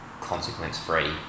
consequence-free